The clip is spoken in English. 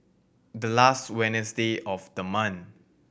the last Wednesday of the month